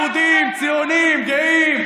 יש פה ישראלים, יהודים ציונים גאים.